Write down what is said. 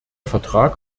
vertrag